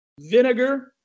vinegar